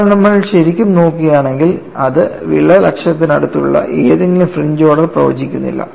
എന്നാൽ നമ്മൾ ശരിക്കും നോക്കുകയാണെങ്കിൽ അത് വിള്ളൽ അക്ഷത്തിനടുത്തുള്ള ഏതെങ്കിലും ഫ്രിഞ്ച് ഓർഡർ പ്രവചിക്കുന്നില്ല